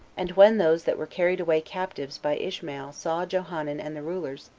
and when those that were carried away captives by ishmael saw johanan and the rulers,